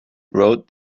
wrote